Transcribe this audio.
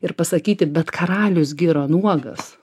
ir pasakyti bet karalius gi yra nuogas